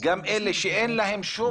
גם אלה שאין להם שום